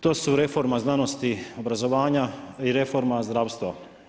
To su reforma znanosti, obrazovanja i reforma zdravstva.